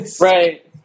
right